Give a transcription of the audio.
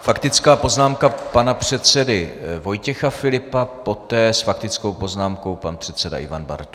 Faktická poznámka pana předsedy Vojtěcha Filipa, poté s faktickou poznámkou pan předseda Ivan Bartoš.